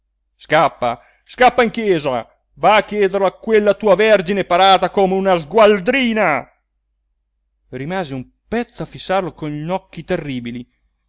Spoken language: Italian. scappa scappa in chiesa va a chiederlo a quella tua vergine parata come una sgualdrina rimase un pezzo a fissarlo con occhi terribili